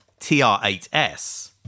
tr8s